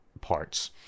parts